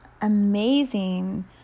amazing